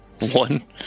One